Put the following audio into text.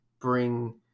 bring